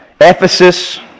Ephesus